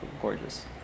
gorgeous